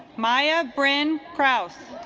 maya bryn kraus